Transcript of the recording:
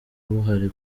buhari